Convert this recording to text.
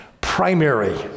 primary